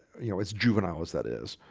you know, it's juvenile as that is